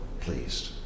pleased